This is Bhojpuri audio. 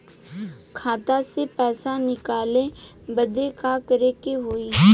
खाता से पैसा निकाले बदे का करे के होई?